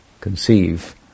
conceive